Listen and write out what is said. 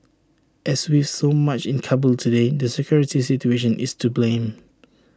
as with so much in Kabul today the security situation is to blame